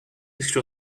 exclu